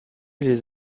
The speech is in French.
les